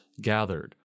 gathered